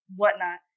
whatnot